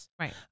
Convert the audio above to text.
Right